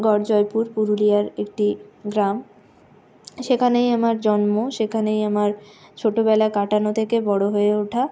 গড়জয়পুর পুরুলিয়ার একটি গ্রাম সেখানেই আমার জন্ম সেখানেই আমার ছোটোবেলা কাটানো থেকে বড়ো হয়ে ওঠা